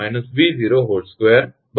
55 હશે